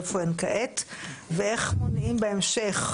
איך מונעים בהמשך